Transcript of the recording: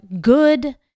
good